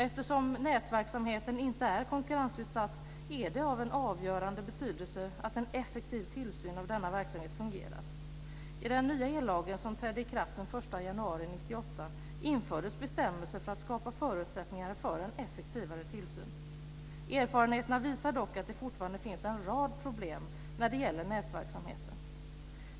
Eftersom nätverksamheten inte är konkurrensutsatt är det av avgörande betydelse att en effektiv tillsyn av denna verksamhet fungerar. I den nya ellagen, som trädde i kraft den 1 januari 1998, infördes bestämmelser för att skapa förutsättningar för en effektivare tillsyn. Erfarenheterna visar dock att det fortfarande finns en rad problem när det gäller nätverksamheten.